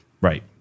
right